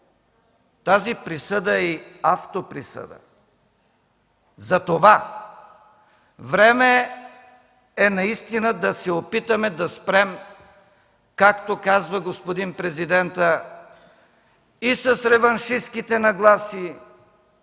тази присъда е и автоприсъда. Затова време е наистина да се опитаме да спрем, както казва господин президентът, и с реваншистките нагласи,